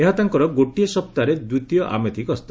ଏହା ତାଙ୍କର ଗୋଟିଏ ସପ୍ତାହରେ ଦ୍ୱିତୀୟ ଆମେଥିଗସ୍ତ